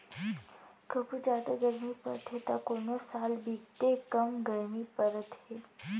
कभू जादा गरमी परथे त कोनो साल बिकटे कम गरमी परत हे